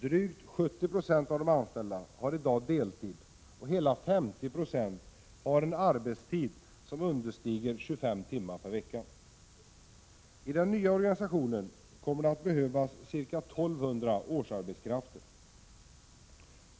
Drygt 70 20 av de anställda har i dag deltid, och hela 50 96 har en arbetstid som understiger 25 timmar per vecka. I den nya organisationen kommer det att behövas ca 1 200 årsarbetskrafter.